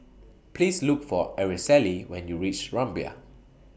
Please Look For Araceli when YOU REACH Rumbia